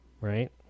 right